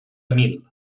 mil